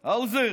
האוזר,